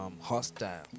hostile